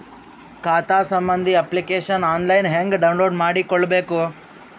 ಖಾತಾ ಸಂಬಂಧಿ application online ಹೆಂಗ್ ಡೌನ್ಲೋಡ್ ಮಾಡಿಕೊಳ್ಳಬೇಕು?